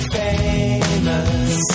famous